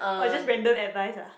orh it's just random advice ah